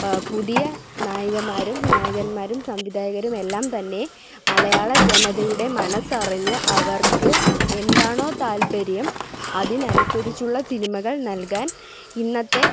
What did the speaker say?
പുതിയ നായികമാരും നായകന്മാരും സംവിധായകരും എല്ലാം തന്നെ മലയാള ജനതയുടെ മനസ്സറിഞ്ഞ് അവർക്ക് എന്താണോ താല്പര്യം അതിനനുസരിച്ചുള്ള സിനിമകൾ നൽകാൻ ഇന്നത്തെ